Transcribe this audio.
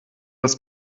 das